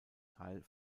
teil